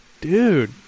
Dude